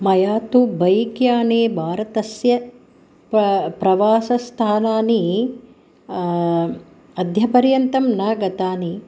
मया तु बैक्याने भारतस्य प्र प्रवासस्थानानि अद्यपर्यन्तं न गतानि